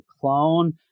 clone